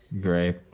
great